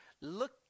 look